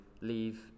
leave